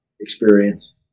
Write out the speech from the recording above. experience